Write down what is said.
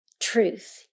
truth